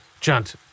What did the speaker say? Chant